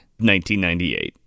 1998